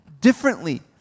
differently